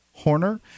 Horner